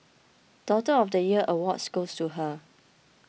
Daughter of the Year Awards goes to her